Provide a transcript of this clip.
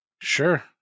sure